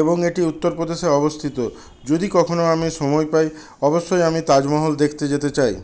এবং এটি উত্তরপ্রদেশে অবস্থিত যদি কখনও আমি সময় পাই অবশ্যই আমি তাজমহল দেখতে যেতে চাই